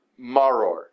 maror